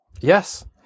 Yes